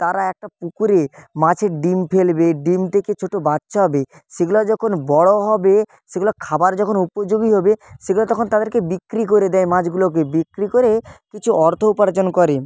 তারা একটা পুকুরে মাছের ডিম ফেলবে ডিম থেকে ছোট বাচ্চা হবে সেগুলো যখন বড় হবে সেগুলো খাবার যখন উপযোগী হবে সেগুলো তখন তাদেরকে বিক্রি করে দেয় মাছগুলোকে বিক্রি করে কিছু অর্থ উপার্জন করে